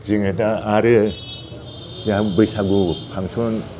जोङो दा आरो जोंहा बैसागु फांसन